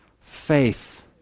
Faith